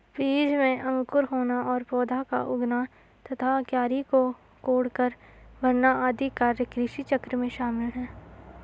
बीज में अंकुर होना और पौधा का उगना तथा क्यारी को कोड़कर भरना आदि कार्य कृषिचक्र में शामिल है